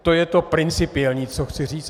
To je to principiální, co chci říct.